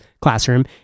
classroom